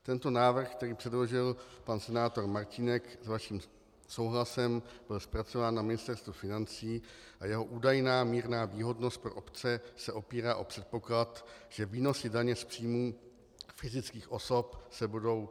Tento návrh, který předložil pan senátor Martínek s vaším souhlasem, byl zpracován na Ministerstvu financí a jeho údajná mírná výhodnost pro obce se opírá o předpoklad, že výnosy daně z příjmu fyzických osob se budou snižovat.